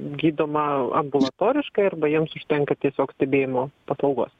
gydoma ambulatoriškai arba jiems užtenka tiesiog stebėjimo paslaugos